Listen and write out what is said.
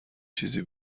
چیزی